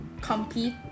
compete